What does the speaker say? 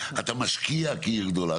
אתה משקיע כעיר גדולה,